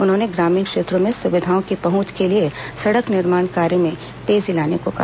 उन्होंने ग्रामीण क्षेत्रों में सुविधाओं की पहुंच के लिए सड़क निर्माण कार्य में तेजी लाने को कहा